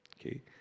Okay